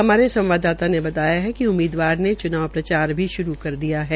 हमारे संवाददता ने बताया कि उम्मीदवार ने च्नाव प्रचार श्रू कर दिया है